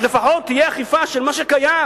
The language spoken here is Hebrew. אז לפחות תהיה אכיפה של מה שקיים,